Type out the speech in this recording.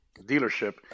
dealership